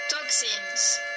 Toxins